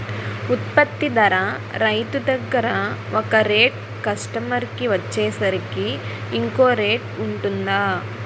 ఉత్పత్తి ధర రైతు దగ్గర ఒక రేట్ కస్టమర్ కి వచ్చేసరికి ఇంకో రేట్ వుంటుందా?